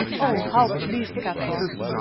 oh, how pleased kat was!